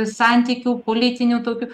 santykių politinių tokių